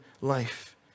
life